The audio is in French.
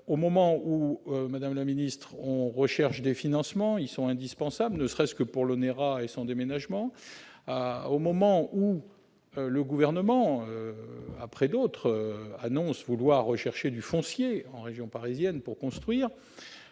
Au moment où, madame la secrétaire d'État, on recherche des financements- ils sont indispensables, ne serait-ce que pour l'ONERA et son déménagement -, au moment où le Gouvernement, après d'autres, annonce vouloir rechercher du foncier en région parisienne pour construire,